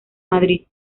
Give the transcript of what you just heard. madrid